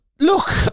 Look